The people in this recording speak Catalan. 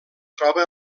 troba